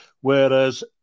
whereas